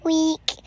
week